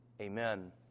amen